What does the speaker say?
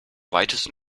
weitesten